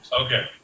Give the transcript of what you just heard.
Okay